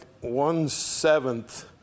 one-seventh